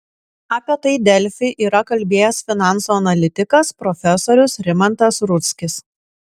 apie tai delfi yra kalbėjęs finansų analitikas profesorius rimantas rudzkis